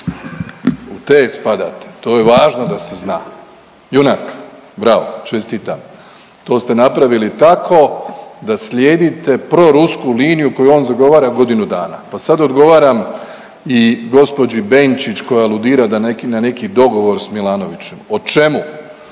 U te spadate, to je važno da se zna. Junak, bravo, čestitam. To ste napravili tako da slijedite prorusku liniju koju on zagovara godinu dana, pa sad odgovaram i gospođi Benčić koja aludira da neki, na neki dogovor s Milanovićem. O čemu?